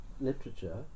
literature